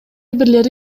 бирлери